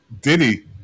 Diddy